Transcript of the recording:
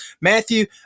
Matthew